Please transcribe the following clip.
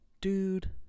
Dude